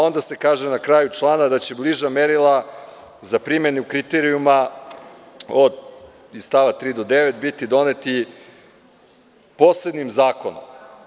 Onda se kaže na kraju člana da će bliža merila za primenu kriterijuma iz stava 3. do 9. biti doneta posebnim zakonom.